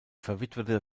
verwitwete